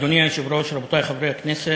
אדוני היושב-ראש, רבותי חברי הכנסת,